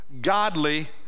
godly